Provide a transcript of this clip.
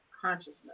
consciousness